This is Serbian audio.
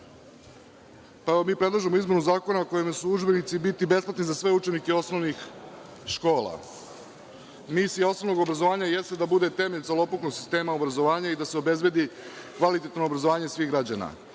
Zahvaljujem. Mi predlažemo izmenu zakona po kojem će udžbenici biti besplatni za sve učesnike osnovnih škola. Misija osnovnog obrazovanja jeste da bude temelj celokupnog sistema obrazovanja i da se obezbedi kvalitetno obrazovanje svih građana.